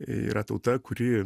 yra tauta kuri